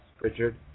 Richard